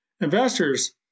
Investors